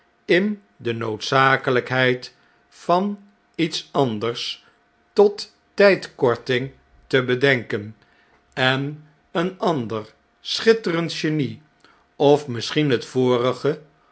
in de noodzakeljjkheid van iets anders tot tijdkorting te bedenken en een ander schitterend genie of misschien het vorige